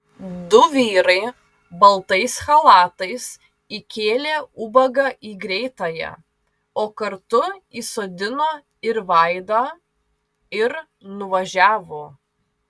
du vyrai baltais chalatais įkėlė ubagą į greitąją o kartu įsodino ir vaidą ir nuvažiavo